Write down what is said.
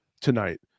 tonight